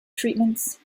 treatments